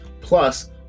plus